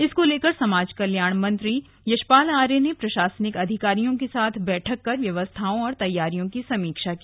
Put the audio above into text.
इसको लेकर समाज कल्याण मंत्री यशपाल आर्य ने प्रशासनिक अधिकारियों के साथ बैठक कर व्यवस्थाओं और तैयारियों की समीक्षा की